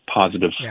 positive